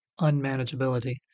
unmanageability